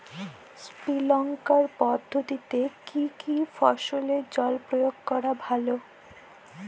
Sprinkler পদ্ধতিতে কি কী ফসলে জল প্রয়োগ করা ভালো?